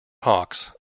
hawks